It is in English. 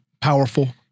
powerful